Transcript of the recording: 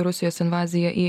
rusijos invaziją į